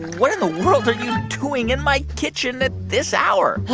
what in the world are you doing in my kitchen at this hour?